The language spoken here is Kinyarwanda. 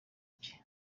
bye